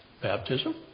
Baptism